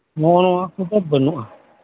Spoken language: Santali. ᱱᱚᱜᱼᱚ ᱱᱚᱣᱟ ᱠᱚᱫᱚ ᱵᱟᱹᱱᱩᱜᱼᱟ